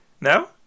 no